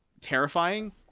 terrifying